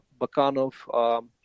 Bakanov